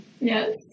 Yes